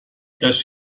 das